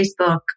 Facebook